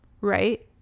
right